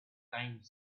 time